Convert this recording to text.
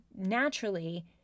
naturally